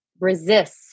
Resist